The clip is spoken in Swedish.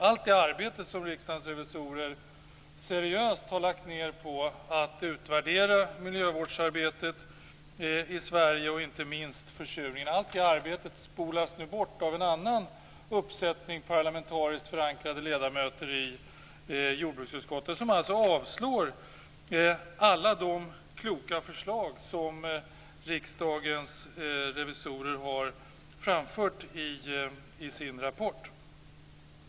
Allt det arbete som Riksdagens revisorer seriöst har lagt ned på att utvärdera miljövårdsarbetet i Sverige - och inte minst försurningen - spolas nu bort av en annan uppsättning parlamentariskt förankrade ledamöter i jordbruksutskottet. Utskottet avslår alltså alla de kloka förslag som Riksdagens revisorer har framfört i sin rapport.